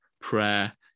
prayer